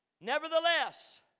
Nevertheless